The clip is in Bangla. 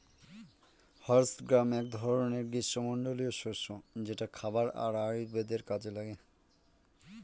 হর্স গ্রাম এক ধরনের গ্রীস্মমন্ডলীয় শস্য যেটা খাবার আর আয়ুর্বেদের কাজে লাগে